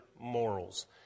morals